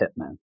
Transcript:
Hitman